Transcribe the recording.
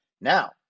Now